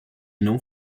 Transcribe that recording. não